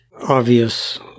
obvious